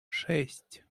шесть